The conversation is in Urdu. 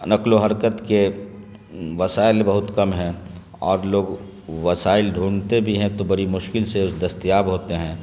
نقل و حرکت کے وسائل بہت کم ہیں اور لوگ وسائل ڈھونڈتے بھی ہیں تو بڑی مشکل سے دستیاب ہوتے ہیں